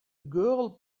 girl